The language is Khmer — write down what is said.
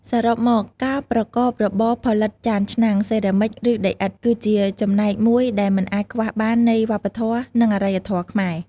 សរុបមក ការប្រកបរបរផលិតចានឆ្នាំង សេរ៉ាមិច ឬ ដីឥដ្ឋ គឺជាចំណែកមួយដែលមិនអាចខ្វះបាននៃវប្បធម៌ និងអរិយធម៌ខ្មែរ។